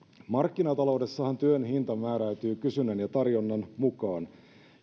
markkinataloudessahan työn hinta määräytyy kysynnän ja tarjonnan mukaan